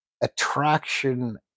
attraction